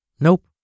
Nope